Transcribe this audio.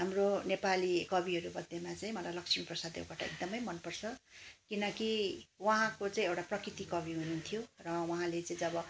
हाम्रो नेपाली कविहरू मध्येमा चाहिँ मलाई लक्ष्मीप्रसाद देवकोटा एकदमै मनपर्छ किनकि उहाँको चाहिँ एउटा प्रकृति कवि हुनुहुन्थ्यो र उहाँले चाहिँ जब